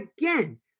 again